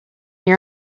your